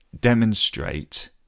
demonstrate